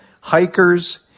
hikers